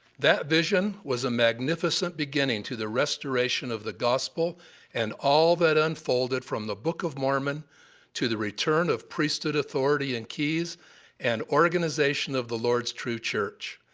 that vision was a magnificent beginning to the restoration of the gospel and all that unfolded from the book of mormon to the return of priesthood authority and keys and organization of the lord's true church,